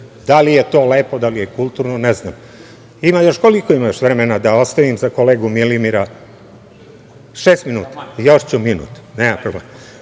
Da li je to lepo, da li je kulturno? Ne znam. Koliko još imam vremena, da ostavim za kolegu Milimira? Šest minuta. Još ću minut. To